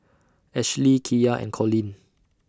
Ashly Kiya and Colleen